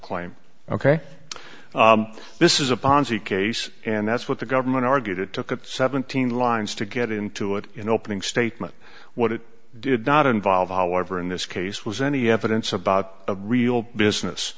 claim ok this is a ponzi case and that's what the government argued it took a seventeen lines to get into it in opening statement what it did not involve however in this case was any evidence about a real business